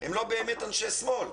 הם לא באמת אנשי שמאל.